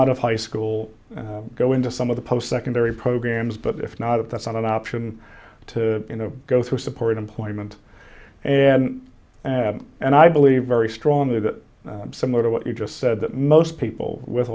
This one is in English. out of high school go into some of the post secondary programs but if not that's not an option to go through support employment and and i believe very strongly that similar to what you just said that most people with